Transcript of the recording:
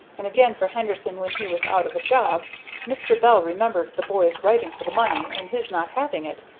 and again for henderson when he was out of a job mr. bell remembered the boy's writing for the money, and his not having it,